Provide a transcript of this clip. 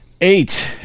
eight